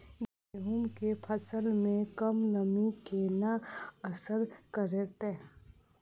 गेंहूँ केँ फसल मे कम नमी केना असर करतै?